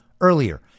earlier